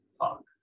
talk